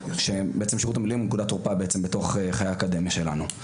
ששירות המילואים הוא נקודת תורפה בתוך חיי האקדמיה שלנו.